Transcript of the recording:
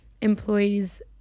employees